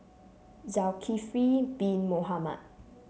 Zulkifli Bin Mohamed